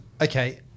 Okay